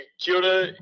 Kyoto